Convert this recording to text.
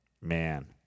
Man